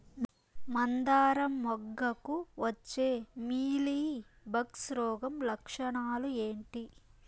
మందారం మొగ్గకు వచ్చే మీలీ బగ్స్ రోగం లక్షణాలు ఏంటి?